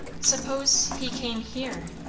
suppose he came here?